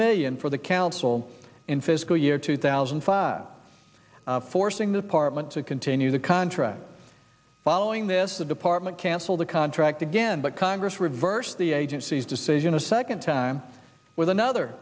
million for the council in fiscal year two thousand and five forcing the apartment to continue the contract following this the department cancel the contract again but congress reversed the agency's decision a second time with another